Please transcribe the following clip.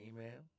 Amen